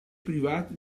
privati